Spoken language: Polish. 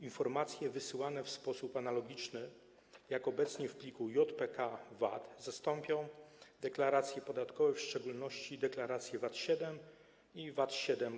Informacje wysyłane w sposób analogiczny jak obecnie w pliku JPK_VAT zastąpią deklaracje podatkowe, w szczególności deklaracje VAT-7 i VAT-7K.